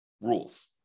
rules